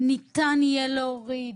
"ניתן יהיה להוריד",